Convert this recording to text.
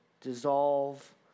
dissolve